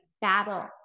battle